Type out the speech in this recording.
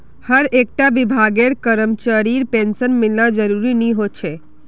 हर एक टा विभागेर करमचरीर पेंशन मिलना ज़रूरी नि होछे